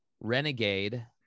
Renegade